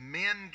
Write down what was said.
men